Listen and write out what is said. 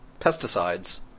pesticides